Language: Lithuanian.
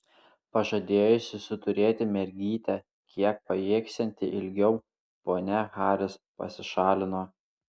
pažadėjusi suturėti mergytę kiek pajėgsianti ilgiau ponia haris pasišalino